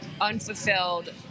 unfulfilled